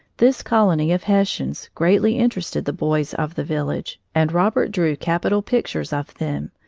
this colony of hessians greatly interested the boys of the village, and robert drew capital pictures of them,